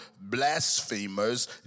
blasphemers